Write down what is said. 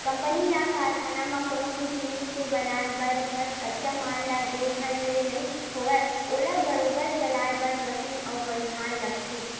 company या कारखाना म कोनो भी जिनिस के बनाय बर बस कच्चा माल ला दे भर ले नइ होवय ओला बरोबर चलाय बर मसीन अउ बनिहार लगथे